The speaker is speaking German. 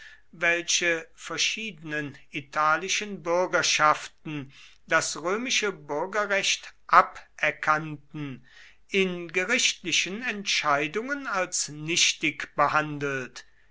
welche verschiedenen italischen bürgerschaften das römische bürgerrecht aberkannten in gerichtlichen entscheidungen als nichtig behandelt